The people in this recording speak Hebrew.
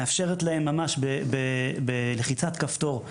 מאפשרת להם ממש בלחיצת כפתור,